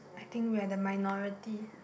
I think we are the minority